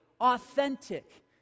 authentic